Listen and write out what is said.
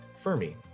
Fermi